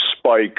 Spike